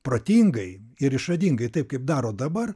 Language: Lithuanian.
protingai ir išradingai taip kaip daro dabar